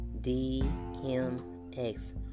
DMX